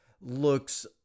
looks